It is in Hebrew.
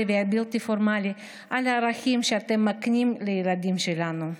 והבלתי-פורמלי על הערכים שאתם מקנים לילדים שלנו.